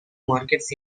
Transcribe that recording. markets